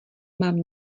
mám